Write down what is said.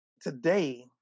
today